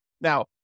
Now